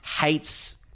hates